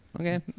Okay